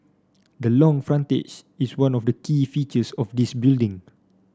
the long frontage is one of the key features of this building